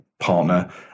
partner